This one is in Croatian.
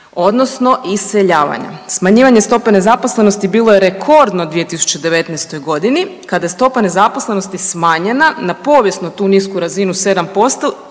odnosno iseljavanja. Smanjivanje stope nezaposlenosti bilo je rekordno u 2019. kada je stopa nezaposlenosti smanjena na povijesnu tu nisku razinu od